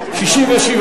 לסעיף 2 לא נתקבלה.